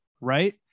right